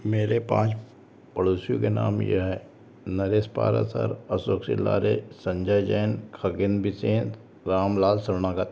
मेरे पाँच पड़ोसियों के नाम यह हैं नरेश पालासर अशोक सिल्लारे संजय जैन खगेन बिसेन रामलाल शरणागत